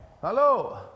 Hello